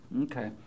okay